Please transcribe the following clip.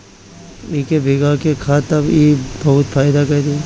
इके भीगा के खा तब इ बहुते फायदा करि